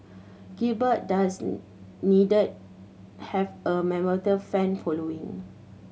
Gilbert does need have a mammoth fan following